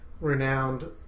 renowned